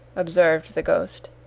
observed the ghost.